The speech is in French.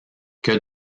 que